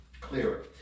clearer